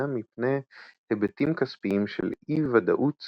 מפני היבטים כספיים של אי-ודאות סיכון.